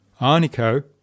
Arnico